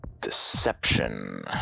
Deception